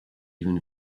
even